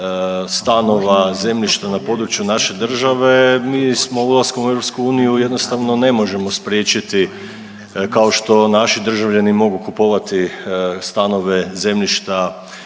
stanova, zemljišta na području naše države. Mi smo ulaskom u EU jednostavno ne možemo spriječiti kao što naši državljani mogu kupovati stanove, zemljišta,